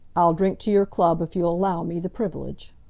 i'll drink to your club, if you'll allow me the privilege.